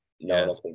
No